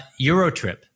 Eurotrip